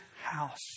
house